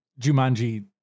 Jumanji